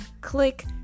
click